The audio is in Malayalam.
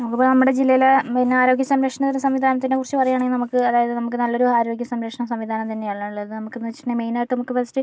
നമുക്കിപ്പോൾ നമ്മുടെ ജില്ലയില് പിന്നെ ആരോഗ്യ സംരക്ഷണ ഒരു സംവിധാനത്തിനെക്കുറിച്ച് പറയുകയാണെങ്കിൽ നമുക്ക് അതായത് നമുക്ക് നല്ലൊരു ആരോഗ്യ സംരക്ഷണ സംവിധാനം തന്നെയാണുള്ളത് നമുക്കെന്ന് വെച്ചിട്ടുണ്ടെങ്കിൽ മെയിനായിട്ട് നമുക്ക് ഫസ്റ്റ്